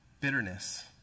Bitterness